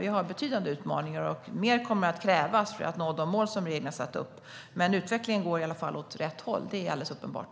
Vi har betydande utmaningar, och mer kommer att krävas för att vi ska nå de mål som regeringen har satt upp. Men utvecklingen går i alla fall åt rätt håll - det är alldeles uppenbart.